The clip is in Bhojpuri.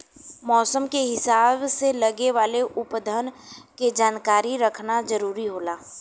मौसम के हिसाब से लगे वाले पउधन के जानकारी रखना जरुरी होला